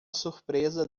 surpresa